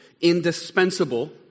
indispensable